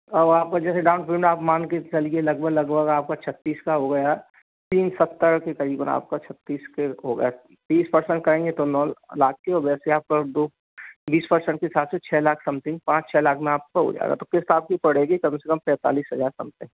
अब आपका जैसे डाउन पेमेंट आप मान के चलिए लगभग लगभग आपका छत्तीस का हो गया तीन सत्तर के क़रीबन आपका छत्तीस के हाेगा तीस परसेंट कहेंगे तो नौ लाख के और वैसे आपका दो बीस परसेंट के हिसाब से छः लाख समथिंग पाँच छः लाख में आपकाा हो जाएगा तो किस्त आपकी पड़ेगी कम से कम पैंतालीस हज़ार समथिंग